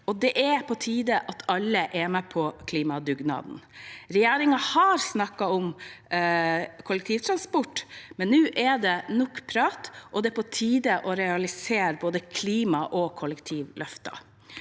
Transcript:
Det er på tide at alle er med på klimadugnaden. Regjeringen har snakket om kollektivtransport, men nå er det nok prat. Det er på tide å realisere både klima- og kollektivløfter.